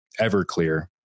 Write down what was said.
Everclear